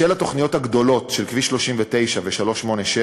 בשל התוכניות הגדולות של כביש 39 ו-386,